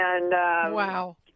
Wow